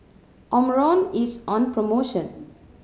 Omron is on promotion